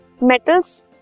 metals